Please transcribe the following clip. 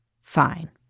fine